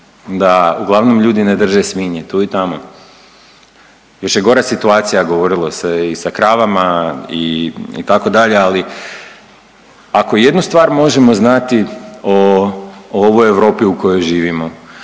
da uglavnom ljudi ne drže svinje, tu i tamo. Još je gora situacija govorilo se i sa kravama itd., ali ako jednu stvar možemo znati o ovoj Europi u kojoj živimo